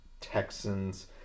Texans